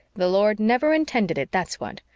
the lord never intended it, that's what,